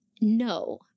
No